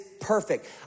perfect